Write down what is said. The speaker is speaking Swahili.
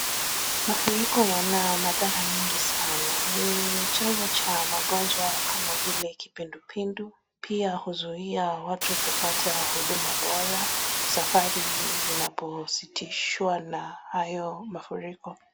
Mafuriko yana madhara mengi sana. Ni chanzo cha magonjwa kama vile kipindupindu pia huuzuia watu kupata huduma bora, safari hizi zinapo sitishiwa na hayo mafuriko.